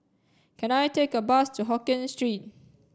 can I take a bus to Hokkien Street